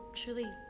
truly